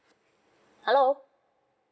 hello